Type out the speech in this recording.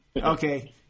Okay